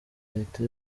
leta